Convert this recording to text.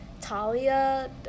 Talia